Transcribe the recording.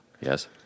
Yes